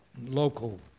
local